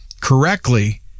correctly